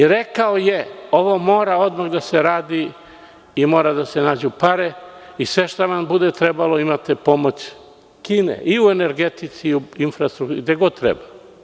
Rekao je – ovo mora odmah da se radi i mora da se nađu pare i sve šta vam bude trebalo, imate pomoć Kine i u energetici i u infrastrukturi, gde god treba.